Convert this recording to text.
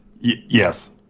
Yes